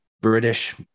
British